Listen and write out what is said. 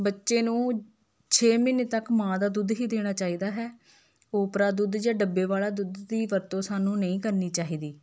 ਬੱਚੇ ਨੂੰ ਛੇ ਮਹੀਨੇ ਤੱਕ ਮਾਂ ਦਾ ਦੁੱਧ ਹੀ ਦੇਣਾ ਚਾਹੀਦਾ ਹੈ ਓਪਰਾ ਦੁੱਧ ਜਾਂ ਡੱਬੇ ਵਾਲਾ ਦੁੱਧ ਦੀ ਵਰਤੋਂ ਸਾਨੂੰ ਨਹੀਂ ਕਰਨੀ ਚਾਹੀਦੀ